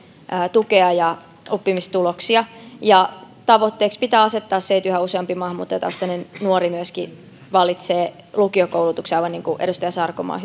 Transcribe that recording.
tukea ja oppimistuloksiaan ja tavoitteeksi pitää asettaa se että yhä useampi maahanmuuttajataustainen nuori myöskin valitsee lukiokoulutuksen aivan niin kuin edustaja sarkomaa